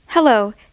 Hello